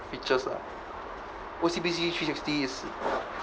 features lah O_C_B_C three-sixty is